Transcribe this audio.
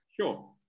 Sure